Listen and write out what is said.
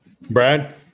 Brad